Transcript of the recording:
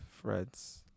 threads